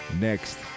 next